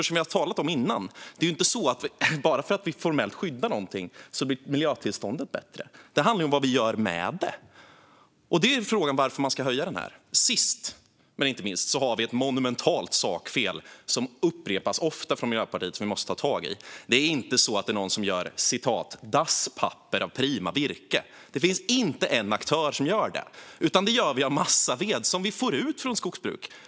Som vi har talat om tidigare blir inte miljötillståndet bättre bara för att vi formellt skyddar någonting. Det handlar om vad vi gör med det. Frågan är varför denna budgetpost ska höjas. Sist men inte minst upprepar Miljöpartiet ofta ett monumentalt sakfel som vi måste ta tag i. Det är inte så att någon gör dasspapper av prima virke. Det finns inte en aktör som gör det. Dasspapper gör vi av massaved som vi får ut från skogsbruk.